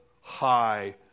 high